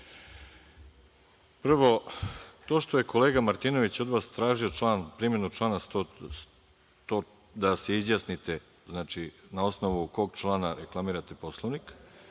to što je kolega Martinović od vas tražio član, primenu člana, da se izjasnite na osnovu kog člana reklamirate Poslovnik,